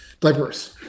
diverse